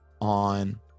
on